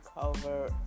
cover